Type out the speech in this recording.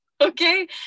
okay